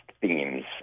themes